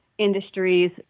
industries